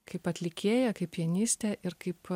kaip atlikėja kaip pianistė ir kaip